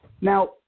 Now